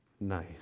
nice